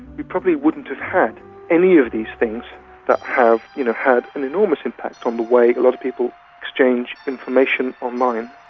we probably wouldn't have had any of these things that have you know had an enormous impact on the way a lot of people exchange information online.